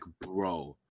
bro